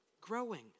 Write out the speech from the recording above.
Growing